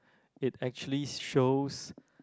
it actually shows